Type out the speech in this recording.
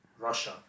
Russia